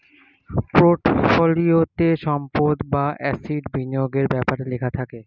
পোর্টফোলিওতে সম্পদ বা অ্যাসেট বিনিয়োগের ব্যাপারে লেখা থাকে